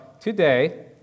today